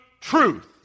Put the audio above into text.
truth